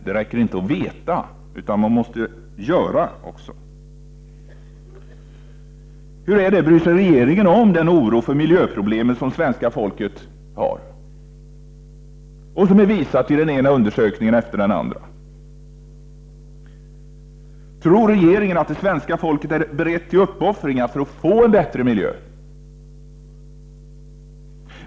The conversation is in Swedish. Det räcker inte att veta utan man måste också göra något. Hur är det — bryr sig regeringen om den oro för miljöproblemen som svenska folket har och som har visats i den ena undersökningen efter den andra? Tror regeringen att svenska folket är berett till uppoffringar för att få en bättre miljö?